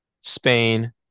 Spain